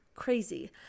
crazy